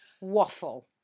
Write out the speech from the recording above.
waffle